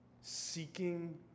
seeking